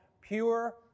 pure